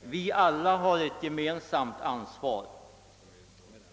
Vi har alla ett gemensamt ansvar,